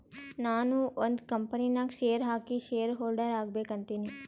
ನಾನು ಒಂದ್ ಕಂಪನಿ ನಾಗ್ ಶೇರ್ ಹಾಕಿ ಶೇರ್ ಹೋಲ್ಡರ್ ಆಗ್ಬೇಕ ಅಂತೀನಿ